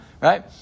right